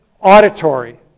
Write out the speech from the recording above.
auditory